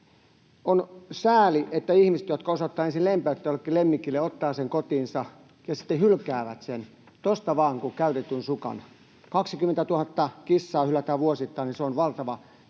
On sääli, että ihmiset, jotka osoittavat ensin lempeyttä jollekin lemmikille, ottavat sen kotiinsa, sitten hylkäävät sen tuosta vain, niin kuin käytetyn sukan. 20 000 kissaa hylätään vuosittain — se on valtavan iso